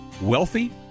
Wealthy